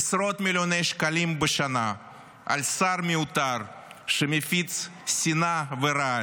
עשרות מיליוני שקלים בשנה על שר מיותר שמפיץ שנאה ורעל